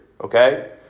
Okay